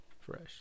Fresh